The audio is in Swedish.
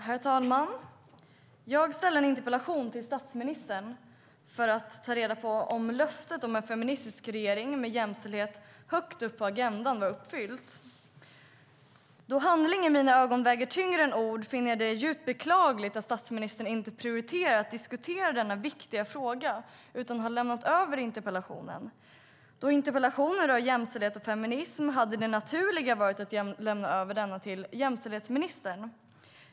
Herr talman! Jag ställde en interpellation till statsministern för att ta reda på om löftet om en feministisk regering med jämställdhet högt på agendan var uppfyllt. Då handling i mina ögon väger tyngre än ord finner jag det djupt beklagligt att statsministern inte prioriterar att diskutera denna viktiga fråga utan har lämnat över interpellationen. Då interpellationen rör jämställdhet och feminism hade det naturliga varit att lämna över den till jämställdhetsministern.